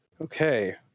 Okay